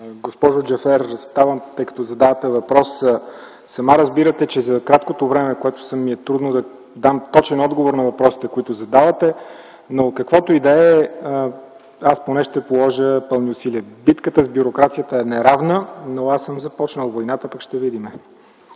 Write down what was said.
Госпожо Джафер, сама разбирате, че за краткото време, в което съм министър, ми е трудно да дам точен отговор на въпросите, които задавате. Но, каквото и да е, аз поне ще положа пълни усилия. Битката с бюрокрацията е неравна, но аз съм започнал войната, пък ще видим.